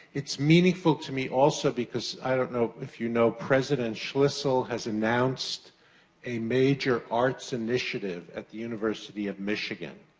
it's meaningful to me, also, because i don't know if you know, president schlissel has announced a major arts initiative at the university of michigan.